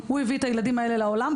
הוא הביא את הילדים האלה לעולם,